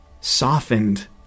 softened